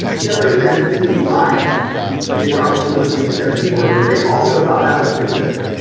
jeopardy fans didn't mind the accomplishment of winning seventy four in a row. they also thought that was pretty good.